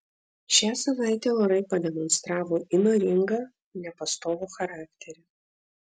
šią savaitę orai pademonstravo įnoringą nepastovų charakterį